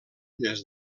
des